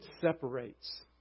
separates